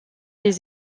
des